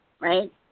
right